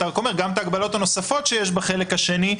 אתה רק אומר: גם את ההגבלות הנוספות שיש בחלק השני.